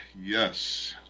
yes